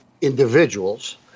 individuals